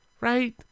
right